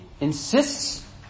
insists